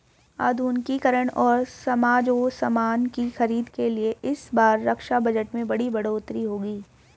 आधुनिकीकरण और साजोसामान की खरीद के लिए इस बार रक्षा बजट में बड़ी बढ़ोतरी होगी